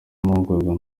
amahugurwa